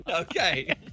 Okay